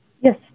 Yes